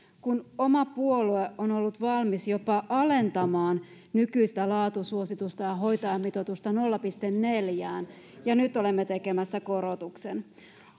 kun oma puolue on on ollut valmis jopa alentamaan nykyistä laatusuositusta ja hoitajamitoitusta nolla pilkku neljään ja nyt olemme tekemässä korotuksen